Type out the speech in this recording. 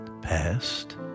past